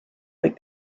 but